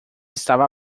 estava